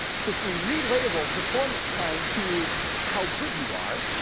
so if we relabel performance time to how good you are,